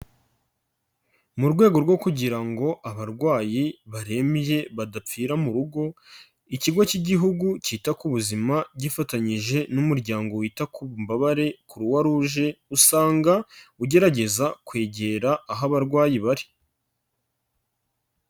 Mu rwego rwo kugira ngo abarwayi barembye badapfira mu rugo, ikigo cy'igihugu cyita ku buzima gifatanyije n'umuryango wita ku mbabare Kuruwaruje, usanga ugerageza kwegera aho abarwayi bari.